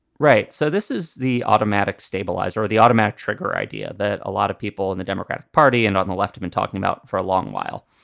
right. so this is the automatic stabilizer or the automatic trigger idea that a lot of people in the democratic party and on the left have been talking about for a long while.